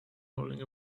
holding